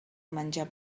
menjar